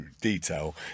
detail